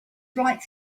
flight